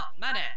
money